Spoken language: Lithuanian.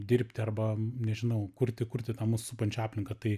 dirbti arba nežinau kurti kurti tą mus supančią aplinką tai